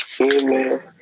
Amen